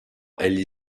egli